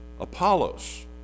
Apollos